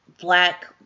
black